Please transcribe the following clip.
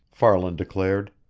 farland declared.